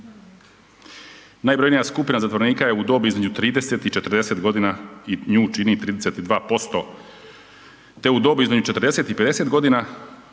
najbrojnija skupina zatvorenika je u dobi između 30 i 40 godina i nju čini 32% te u dobi između 40 i 50 godina